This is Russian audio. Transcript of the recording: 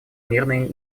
мирная